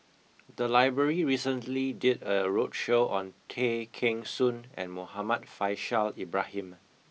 the library recently did a roadshow on Tay Kheng Soon and Muhammad Faishal Ibrahim